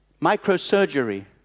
Microsurgery